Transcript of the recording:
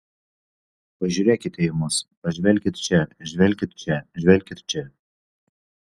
pažiūrėkit į mus pažvelkit čia žvelkit čia žvelkit čia